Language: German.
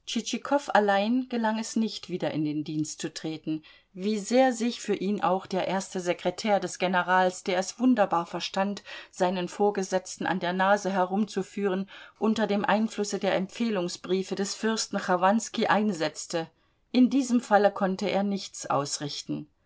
allein gelang es nicht wieder in den dienst zu treten wie sehr sich für ihn auch der erste sekretär des generals der es wunderbar verstand seinen vorgesetzten an der nase herumzuführen unter dem einflusse der empfehlungsbriefe des fürsten chowanskij einsetzte in diesem falle konnte er nichts ausrichten